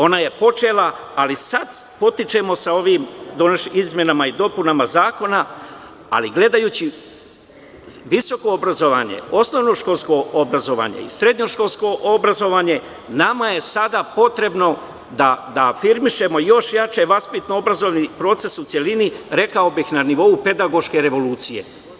Ona je počela, ali sad počinjemo sa ovim donošenjem izmenama i dopunama zakona, ali gledajući visoko obrazovanje, osnovno školsko obrazovanje i srednjoškolsko obrazovanje, nama je sada potrebno da afirmišemo još jače vaspitno obrazovni proces u celini, rekao bih, na nivou pedagoške revolucije.